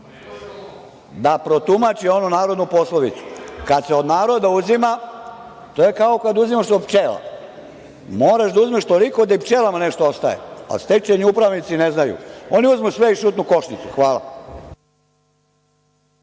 da protumači ovu narodnu poslovicu – kada se od naroda uzima, to je kao kad uzimaš od pčela, moraš da uzmeš toliko da i pčelama nešto ostane, a stečajni upravnici ne znaju, oni uzmu sve i šutnu košnicu. Hvala.(Saša